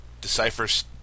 Decipher's